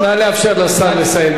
נא לאפשר לשר לסיים.